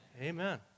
Amen